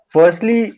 Firstly